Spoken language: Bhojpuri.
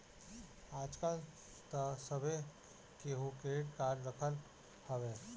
आजकल तअ सभे केहू क्रेडिट कार्ड रखत हवे